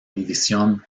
división